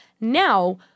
now